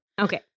Okay